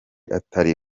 atari